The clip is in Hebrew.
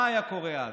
מה היה קורה אז?